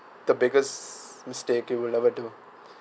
the biggest mistake you will never do